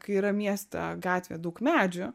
kai yra mieste gatvėje daug medžių